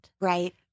Right